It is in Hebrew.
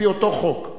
על-פי אותו חוק.